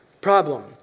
problem